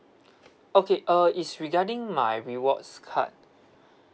okay uh is regarding my rewards card